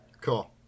Cool